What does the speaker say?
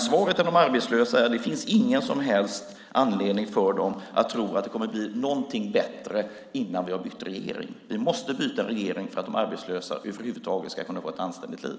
Svaret till de arbetslösa är: Det finns ingen som helst anledning för dem att tro att något kommer att bli bättre innan vi har bytt regering. Vi måste byta regering för att de arbetslösa över huvud taget ska kunna få ett anständigt liv.